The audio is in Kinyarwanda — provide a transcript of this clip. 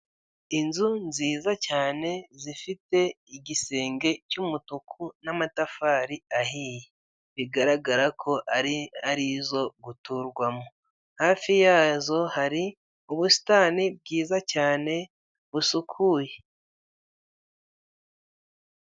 Inzu nziza cyane zifite igisenge cy'umutuku n'amatafari ahiye bigaragara ko ari ari izo guturwamo hafi yazo hari ubusitani bwiza cyane busukuye.